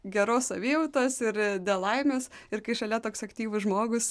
geros savijautos ir dėl laimės ir kai šalia toks aktyvus žmogus